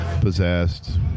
Possessed